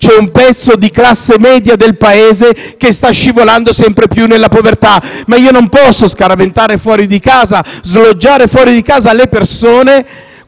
c'è un pezzo di classe media del Paese che sta scivolando sempre più nella povertà. Ma io non posso scaraventare fuori di casa e sloggiare le persone